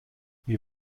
wir